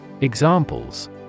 Examples